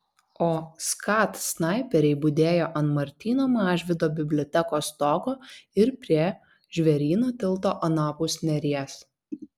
o skat snaiperiai budėjo ant martyno mažvydo bibliotekos stogo ir prie žvėryno tilto anapus neries